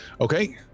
Okay